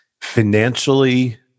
financially